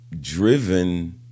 driven